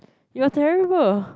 you're terrible